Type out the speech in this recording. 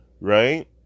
Right